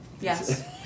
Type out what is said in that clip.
Yes